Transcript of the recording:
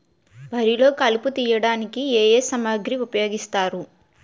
వరిలో కలుపు తియ్యడానికి ఏ ఏ సామాగ్రి ఉపయోగిస్తారు?